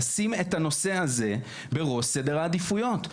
לשים את הנושא הזה בראש סדר העדיפויות.